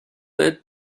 with